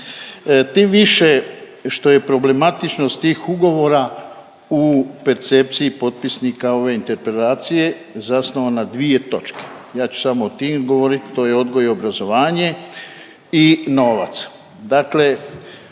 Tim više što je problematičnost tih ugovora u percepciji potpisnika ove interpelacije zasnovano na dvije točke. Ja ću samo o tim govorit, to je odgoj i obrazovanje i novac.